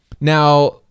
Now